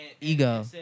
Ego